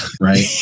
right